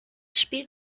spielt